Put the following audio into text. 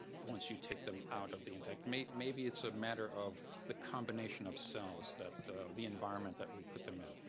once you take them out of the intact. maybe maybe it's a matter of the combination of cells, the environment that we put them in.